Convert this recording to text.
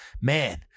man